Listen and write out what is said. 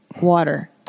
water